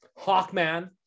Hawkman